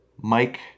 Mike